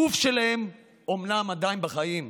הגוף שלהם אומנם עדיין בחיים,